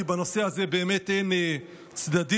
כי בנושא הזה באמת אין צדדים,